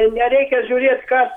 nereikia žiūrėt kas